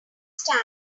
stand